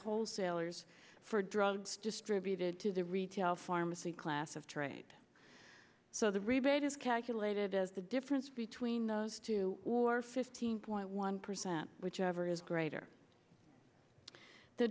wholesalers for drugs distributed to the retail pharmacy class of trade so the rebate is calculated as the difference between those two or fifteen point one percent whichever is greater the